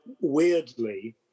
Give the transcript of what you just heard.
weirdly